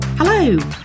Hello